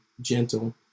gentle